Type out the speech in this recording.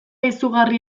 izugarri